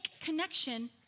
connection